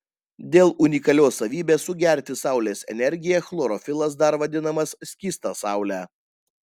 dėl unikalios savybės sugerti saulės energiją chlorofilas dar vadinamas skysta saule